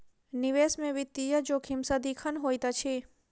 निवेश में वित्तीय जोखिम सदिखन होइत अछि